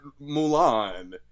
mulan